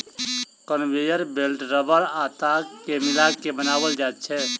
conveyor belt रबड़ आ ताग के मिला के बनाओल जाइत छै